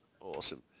awesome